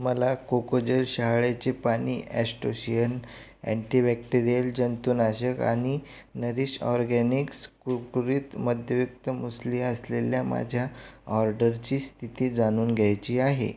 मला कोकोजल शहाळ्याचे पाणी ॲस्टोशियन अँटीबॅक्टेरियल जंतुनाशक आणि नरीश ऑर्गॅनिक्स कुरकुरीत मद्ययुक्त मुसली असलेल्या माझ्या ऑर्डरची स्थिती जाणून घ्यायची आहे